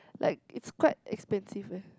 like it's quite expensive leh